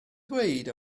dweud